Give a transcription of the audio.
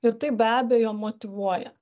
ir tai be abejo motyvuoja